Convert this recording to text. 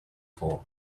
for